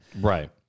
Right